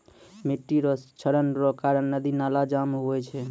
मिट्टी रो क्षरण रो कारण नदी नाला जाम हुवै छै